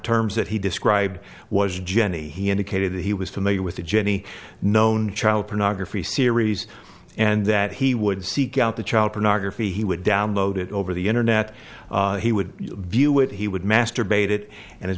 terms that he described was jenny he indicated that he was familiar with the jenny known child pornography series and that he would seek out the child pornography he would download it over the internet he would view it he would masturbate it and as